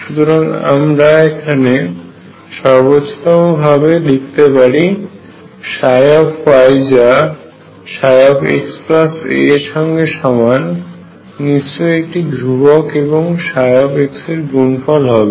সুতরাং আমরা এখানে সর্বোচ্চতম ভাবে লিখতে পারি y যা xa এর সঙ্গে সমান নিশ্চয়ই একটি ধ্রুবক এবং x এর গুণফল হবে